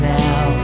now